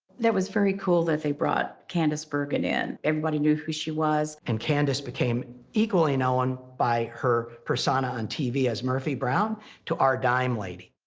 that was very cool that they brought candice bergen in. everybody knew who she was. and candice became equally you know known by her persona on tv as murphy brown to our dime lady.